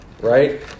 Right